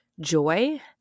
joy